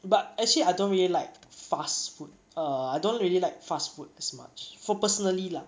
but actually I don't really like fast food err I don't really like fast food as much for personally lah